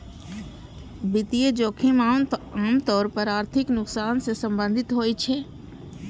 वित्तीय जोखिम आम तौर पर आर्थिक नुकसान सं संबंधित होइ छै